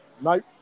Nope